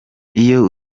iyo